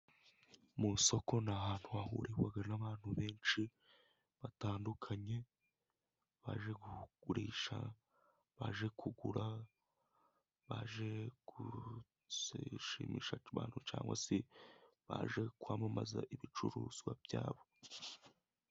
Mu isoko ni ahantu hahurirwaga n'abantu benshi batandukanye, baje kugurisha, baje kugura, baje gushimisha abantu, cyangwa se baje kwamamaza ibicuruzwa byabo.